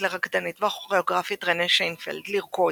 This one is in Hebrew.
לרקדנית והכוראוגרפית רנה שינפלד "לרקוד"